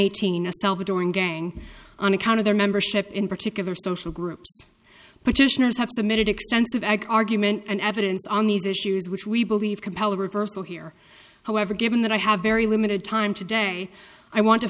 eighteen a salvadoran gang on account of their membership in particular social groups petitioners have submitted extensive ag argument and evidence on these issues which we believe compel a reversal here however given that i have very limited time today i want to